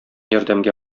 ярдәмгә